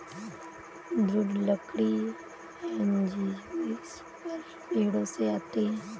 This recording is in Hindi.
दृढ़ लकड़ी एंजियोस्पर्म पेड़ों से आती है